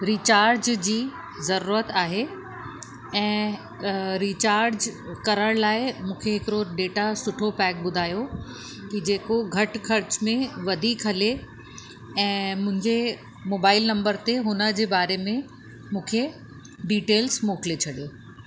recharge जी ज़रूरत आहे ऐं रीचार्ज करण लाइ मूंखे हिकिड़ो डेटा सुठो पैक ॿुधायो कि जेको घट ख़र्चु में वधीक हले ऐं मुंहिंजे मोबाइल नम्बर ते हुनजे बारे में मूंखे डीटेल्स मोकिले छॾियो